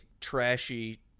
trashy